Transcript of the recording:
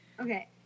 Okay